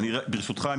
ברשותך,